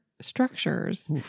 structures